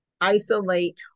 isolate